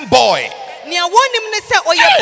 boy